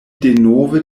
denove